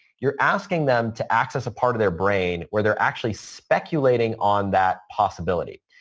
you're asking them to access a part of their brain where they're actually speculating on that possibility.